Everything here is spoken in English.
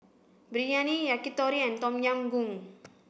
Biryani Yakitori and Tom Yam Goong